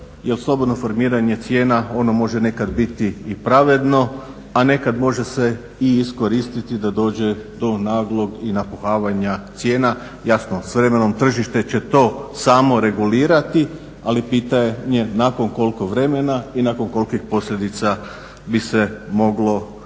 slobodno formiranje cijena ono može nekad biti i pravedno, a nekad može se i iskoristiti da dođe do naglog napuhavanja cijena. Jasno, s vremenom tržište će to samo regulirati, ali pitanje je nakon koliko vremena i nakon kolikih posljedica bi se moglo desiti.